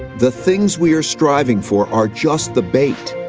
the things we are striving for are just the bait.